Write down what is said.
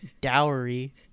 dowry